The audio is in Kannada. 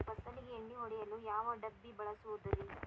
ಫಸಲಿಗೆ ಎಣ್ಣೆ ಹೊಡೆಯಲು ಯಾವ ಡಬ್ಬಿ ಬಳಸುವುದರಿ?